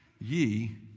ye